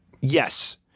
Yes